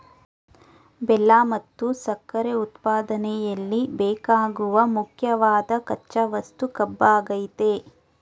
ಬೆಲ್ಲ ಮತ್ತು ಸಕ್ಕರೆ ಉತ್ಪಾದನೆಯಲ್ಲಿ ಬೇಕಾಗುವ ಮುಖ್ಯವಾದ್ ಕಚ್ಚಾ ವಸ್ತು ಕಬ್ಬಾಗಯ್ತೆ